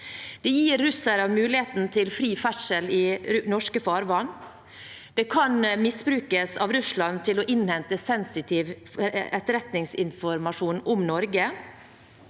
Det gir russerne muligheten til fri ferdsel i norske farvann. Det kan misbrukes av Russland til å innhente sensitiv etterretningsinformasjon om Norge,